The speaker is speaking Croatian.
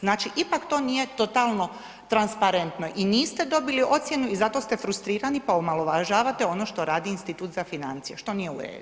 Znači, ipak nije to totalno transparentno i niste dobili ocjenu i zato ste frustrirani, pa omalovažavate ono što radi Institut za financije, što nije u redu.